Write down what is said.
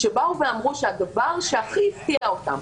והן אמרו שהדבר שהכי הפתיע אותן,